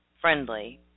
friendly